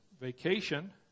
vacation